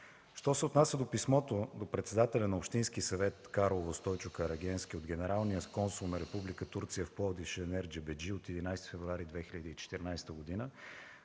Що се отнася до писмото до председателя на Общинския съвет в Карлово Стойчо Карагенски от генералния консул на Република Турция в Пловдив Шенер Джебеджи от 11 февруари 2014 г.,